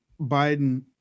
Biden